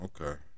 okay